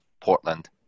Portland